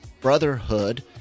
brotherhood